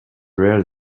rare